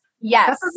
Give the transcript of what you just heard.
Yes